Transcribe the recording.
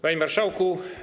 Panie Marszałku!